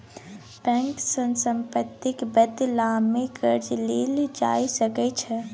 bank सँ सम्पत्तिक बदलामे कर्जा लेल जा सकैत छै